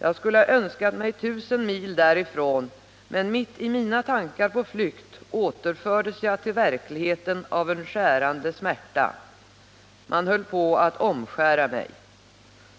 Jag skulle ha önskat mig tusen mil därifrån, men mitt i mina tankar på flykt återfördes jag till verkligheten av en skärande smärta. Man höll på att omskära mig.